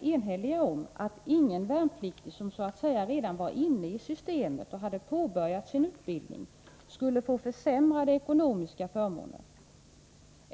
eniga om att ingen värnpliktig som så att säga redan var inne i systemet och som hade påbörjat sin utbildning skulle få försämrade ekonomiska förmåner.